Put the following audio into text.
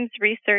research